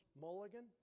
mulligan